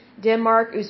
Denmark